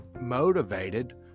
motivated